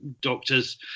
doctors